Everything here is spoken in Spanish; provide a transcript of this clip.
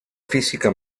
física